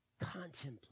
contemplate